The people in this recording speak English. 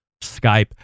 Skype